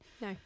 No